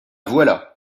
voilà